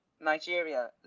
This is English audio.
Nigeria